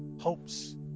hopes